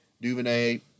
DuVernay